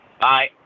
Bye